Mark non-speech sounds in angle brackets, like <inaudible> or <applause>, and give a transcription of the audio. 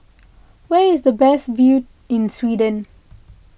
where is the best view in Sweden <noise>